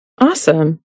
Awesome